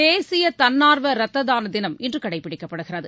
தேசியதன்னார்வரத்ததானதினம் இன்றுகடைப்பிடிக்கப்படுகிறது